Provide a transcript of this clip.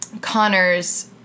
Connor's